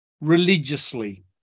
religiously